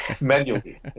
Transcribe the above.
Manually